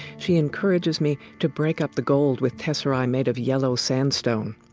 she encourages me to break up the gold with tesserae made of yellow sandstone.